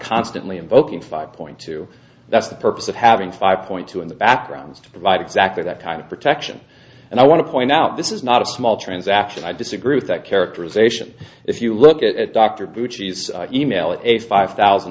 constantly invoking five point two that's the purpose of having five point two in the backgrounds to provide exactly that kind of protection and i want to point out this is not a small transaction i disagree with that characterization if you look at dr blue cheese email is a five thousand